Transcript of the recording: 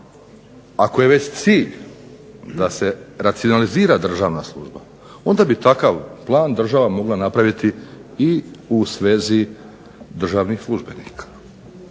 Ako je već cilj da se racionalizira državna služba onda bi takav plan država mogla napraviti i u svezi državnih službenika.